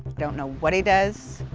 don't know what he does